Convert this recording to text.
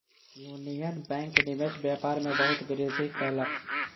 union Bank निवेश व्यापार में बहुत वृद्धि कयलक